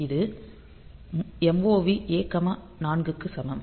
இது MOV A 4 க்கு சமம்